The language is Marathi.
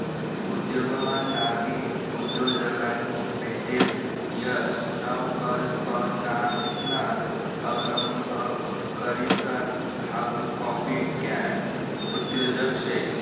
उद्योगमा नाविन उद्योजकांनी भेटेल यश नवकल्पनासना अवलंब करीसन हाऊ कॉपीकॅट उद्योजक शे